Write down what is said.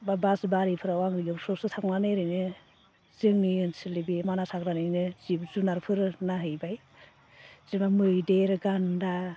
बा बासबारिफोराव आङो बेयावसो थांनानै ओरैनो जोंनि ओनसोलनि बे मानास हाग्रानिनो जिब जुनारफोर नायहैबाय जोंहा मैदेर गान्दा